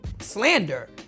slander